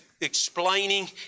explaining